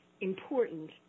important